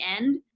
end